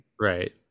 right